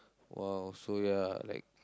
!wow! so ya like